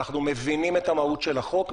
אנחנו מבינים את המהות של החוק,